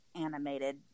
animated